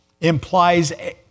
implies